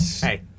hey